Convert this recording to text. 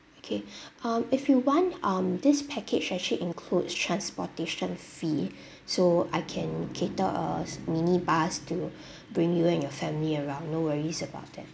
okay um if you want um this package actually includes transportation fee so I can cater a minibus to bring you and your family around no worries about that